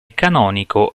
canonico